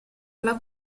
alla